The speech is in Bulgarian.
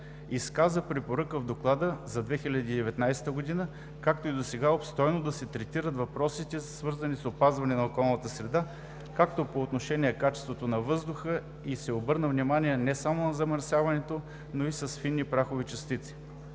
Изказа препоръка в Доклада за 2019 г., както и досега обстойно да се третират въпросите, свързани с опазване на околната среда, като по отношение качеството на въздуха се обърне внимание не само на замърсяването с фини прахови частици.